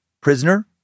prisoner